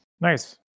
Nice